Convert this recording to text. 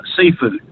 seafood